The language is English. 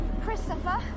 Christopher